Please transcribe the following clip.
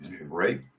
right